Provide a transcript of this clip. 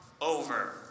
over